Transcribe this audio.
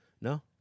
No